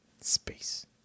Space